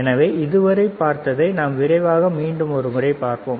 எனவே இதுவரை பார்த்ததை நாம் விரைவாக மீண்டும் ஒருமுறை பார்ப்போம்